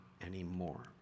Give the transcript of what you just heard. anymore